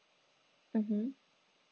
mmhmm